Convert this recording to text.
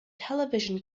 television